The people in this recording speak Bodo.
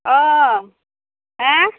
औ हो